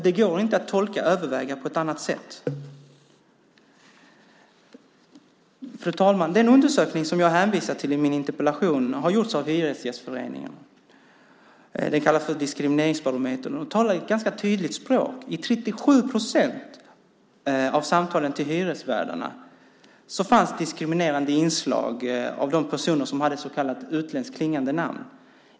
Det går inte att tolka "överväga" på annat sätt. Fru talman! Den undersökning som jag hänvisar till i min interpellation har gjorts av Hyresgästföreningen. Den kallas för Diskrimineringsbarometern och talar sitt tydliga språk. I 37 procent av samtalen till hyresvärdarna fanns diskriminerande inslag mot de personer som hade så kallade utländskt klingande namn.